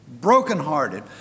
Brokenhearted